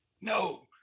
No